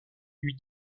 lui